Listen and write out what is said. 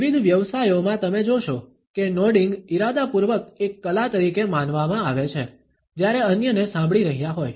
વિવિધ વ્યવસાયોમાં તમે જોશો કે નોડિન્ગ ઇરાદાપૂર્વક એક કલા તરીકે માનવામાં આવે છે જ્યારે અન્યને સાંભળી રહ્યા હોય